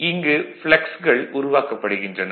இங்கு ப்ளக்ஸ்கள் உருவாக்கப்படுகின்றன